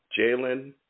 Jalen